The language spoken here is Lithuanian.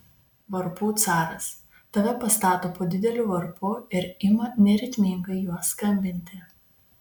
varpų caras tave pastato po dideliu varpu ir ima neritmingai juo skambinti